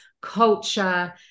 culture